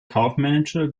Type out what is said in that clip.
kaufmännische